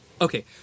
okay